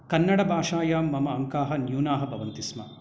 कन्नडभाषायाम् अङ्काः न्यूनाः भवन्ति स्म